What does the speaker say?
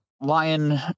lion